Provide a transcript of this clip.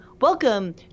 welcome